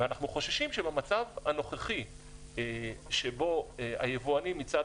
ואנחנו חוששים שבמצב הנוכחי שבו היבואנים מצד